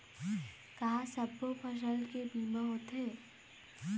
का सब्बो फसल के बीमा होथे?